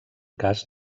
cas